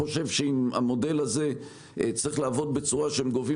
חושב שאם המודל הזה צריך לעבוד בצורה שהם גובים